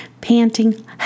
panting